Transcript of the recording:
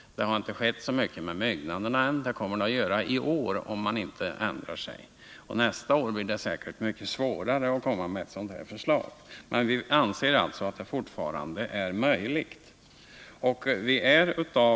Det har inte skett särskilt mycket med byggnaderna än, men så kommer att bli fallet i år om riksdagen inte ändrar uppfattning. Nästa år blir det mycket svårare att få igenom ett sådant förslag som det vi nu lagt fram. Men vi anser alltså fortfarande att det är möjligt att genomföra ett sådant förslag.